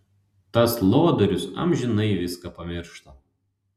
tas lodorius amžinai viską pamiršta